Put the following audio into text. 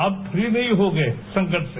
आप फ्री नहीं हो गए संकट से